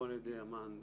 לא על ידי אמ"ן,